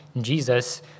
Jesus